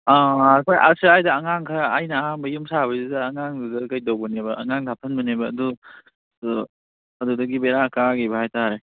ꯑꯥ ꯑꯩꯈꯣꯏ ꯑꯁ꯭ꯋꯥꯏꯗ ꯑꯉꯥꯡ ꯈꯔ ꯑꯩꯅ ꯑꯍꯥꯟꯕ ꯌꯨꯝ ꯁꯥꯕꯒꯤꯗꯨꯗ ꯑꯉꯥꯡꯗꯨꯗ ꯀꯩꯗꯧꯕꯅꯦꯕ ꯑꯉꯥꯡꯗ ꯍꯥꯞꯍꯟꯕꯅꯦꯕ ꯑꯗꯣ ꯑꯗꯨꯗꯒꯤ ꯕꯦꯔꯥ ꯀꯥꯈꯤꯕ ꯍꯥꯏꯇꯥꯔꯦ